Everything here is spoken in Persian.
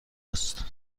است